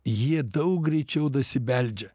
jie daug greičiau dasibeldžia